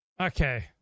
okay